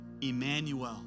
Emmanuel